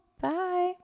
Bye